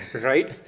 Right